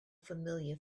familiar